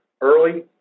early